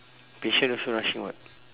patient also rushing [what]